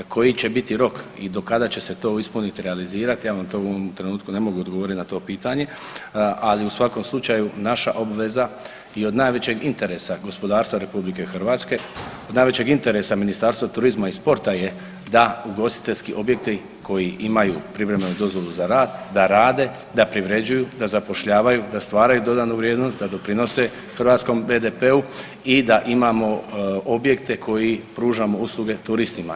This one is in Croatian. Koji će biti rok i do kada će se to ispuniti i realizirati ja vam to u ovom trenutku ne mogu odgovoriti na to pitanje, ali u svakom slučaju naša obveza i od najvećeg interesa gospodarstva RH od najvećeg interesa Ministarstva turizma i sporta je da ugostiteljski objekti koji imaju privremenu dozvolu za rad da rade, da privređuju, da zapošljavaju, da stvaraju dodanu vrijednost, da doprinose hrvatskom BDP-u i da imamo objekte koji pružamo usluge turistima.